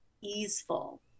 easeful